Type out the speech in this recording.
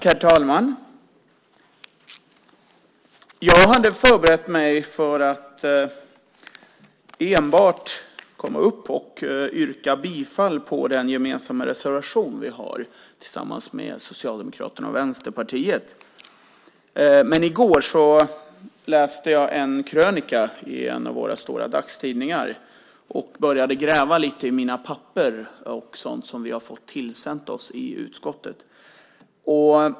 Herr talman! Jag hade förberett mig för att gå upp i talarstolen och bara yrka bifall till den reservation som vi har tillsammans med Socialdemokraterna och Vänsterpartiet. Men i går läste jag en krönika i en av våra stora dagstidningar och började gräva lite grann i mina papper och sådant som vi i utskottet har fått oss tillsänt.